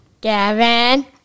Gavin